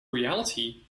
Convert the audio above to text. reality